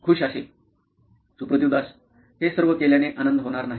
Suprativ Das CTO नॉइन electronics हे सर्व केल्याने आनंद होणार नाही